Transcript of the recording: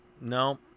no